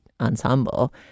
ensemble